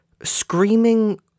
screaming